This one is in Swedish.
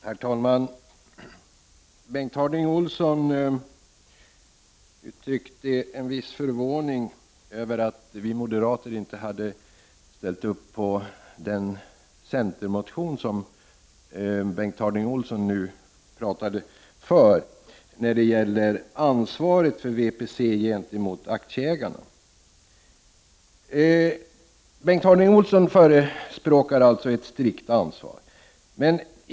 Herr talman! Bengt Harding Olson uttryckte en viss förvåning över att vi moderater inte hade ställt upp på den centermotion som Bengt Harding Olson nu talade för när det gäller ansvaret för Värdepapperscentralen gentemot aktieägarna. Bengt Harding Olson förespråkar alltså ett strikt ansvar.